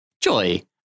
Joy